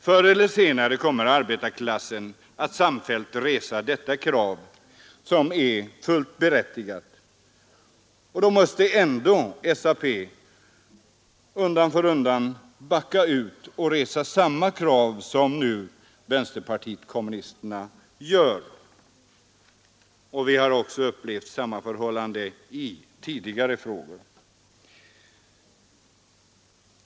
Förr eller senare kommer arbetarklassen att sam fällt resa detta berättigade krav. Då måste ändå SAP undan för undan backa ut och resa samma krav som nu vänsterpartiet kommu nisterna gör. Vi har upplevt samma förhållande också i tidigare frågor.